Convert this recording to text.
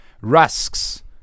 rusks